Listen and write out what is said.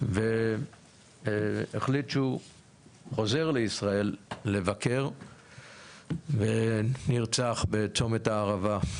והחליט שהוא חוזר לישראל לבקר ונרצח בצומת הערבה.